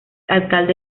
alcalde